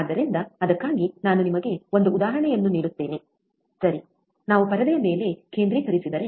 ಆದ್ದರಿಂದ ಅದಕ್ಕಾಗಿ ನಾನು ನಿಮಗೆ ಒಂದು ಉದಾಹರಣೆಯನ್ನು ನೀಡುತ್ತೇನೆ ಸರಿ ನಾವು ಪರದೆಯ ಮೇಲೆ ಕೇಂದ್ರೀಕರಿಸಿದರೆ